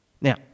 Now